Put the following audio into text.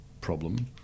problem